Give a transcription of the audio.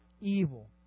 evil